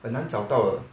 很难找到了